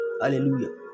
Hallelujah